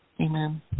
amen